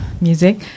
music